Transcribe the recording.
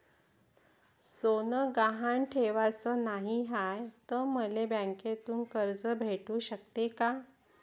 सोनं गहान ठेवाच नाही हाय, त मले बँकेतून कर्ज भेटू शकते का?